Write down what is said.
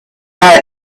our